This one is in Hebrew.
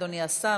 אדוני השר,